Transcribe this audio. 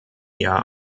jahr